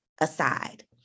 aside